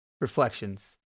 Reflections